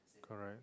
correct